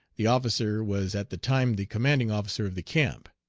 the officer was at the time the commanding officer of the camp.